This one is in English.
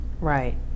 Right